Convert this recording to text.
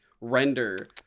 render